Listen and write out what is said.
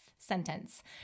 sentence